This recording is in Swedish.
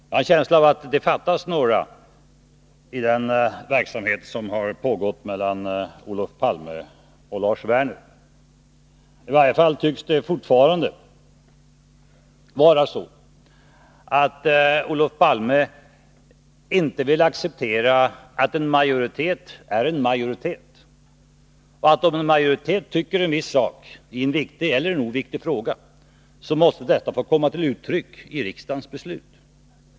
Jag har en känsla av att det fattas några timmar i den studiecirkelverksamhet som har pågått mellan Olof Palme och Lars Werner. I varje fall tycks det fortfarande vara så, att Olof Palme inte vill acceptera att en majoritet är en majoritet. Inte heller tycks han vilja acceptera att om majoriteten tycker en viss sak i en viktig eller en oviktig fråga, så måste det få komma till uttryck i riksdagens beslut.